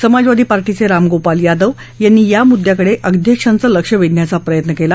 समाजवादी पार्टीचे रामगोपाल यादव यांनी या मुद्याकडे अध्यक्षांचं लक्ष वेधण्याचा प्रयत्न केला